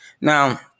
Now